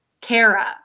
Kara